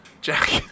Jack